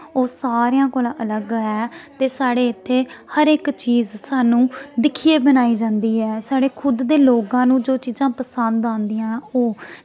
ओह् सारेआं कोला अलग ऐ ते साढ़े इत्थै हर इक चीज सानूं दिक्खियै बनाई जंदी ऐ साढ़े खुद दे लोगां नू जो चीजां पसंद औंदियां ओह्